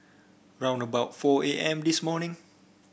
round about four A M this morning